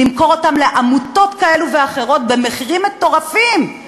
למכור אותן לעמותות כאלה ואחרות במחירים מטורפים,